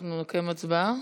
אנחנו נקיים הצבעה?